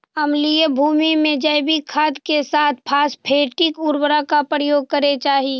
अम्लीय भूमि में जैविक खाद के साथ फॉस्फेटिक उर्वरक का प्रयोग करे चाही